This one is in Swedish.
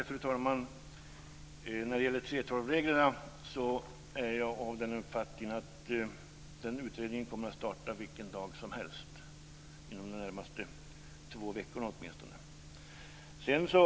Fru talman! När det gäller 3:12-reglerna är jag av den uppfattningen att utredningen om dessa kommer att starta vilken dag som helst och åtminstone under de närmaste två veckorna.